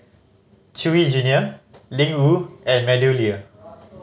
Chewy Junior Ling Wu and MeadowLea